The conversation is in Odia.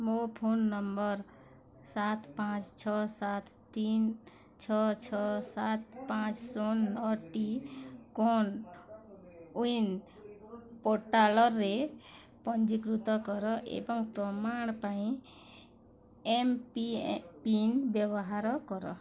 ମୋ ଫୋନ୍ ନମ୍ବର ସାତ ପାଞ୍ଚ ଛଅ ସାତ ତିନି ଛଅ ଛଅ ସାତ ପାଞ୍ଚ ଶୂନ ନଅଟି କୋୱିନ ପୋର୍ଟାଲରେ ପଞ୍ଜୀକୃତ କର ଏବଂ ପ୍ରମାଣ ପାଇଁ ଏମ୍ପିନ୍ ବ୍ୟବହାର କର